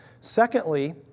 Secondly